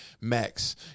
Max